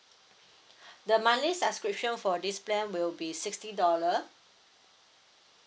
the monthly subscription for this plan will be sixty dollar